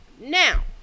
Now